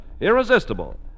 irresistible